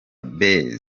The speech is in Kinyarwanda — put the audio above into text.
base